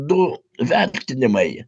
du vertinimai